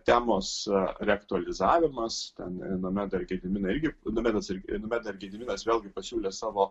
temos reaktualizavimas ten nomedą ir gediminą irgi nomedas nomeda ir gediminas vėlgi pasiūlė savo